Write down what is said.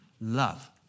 love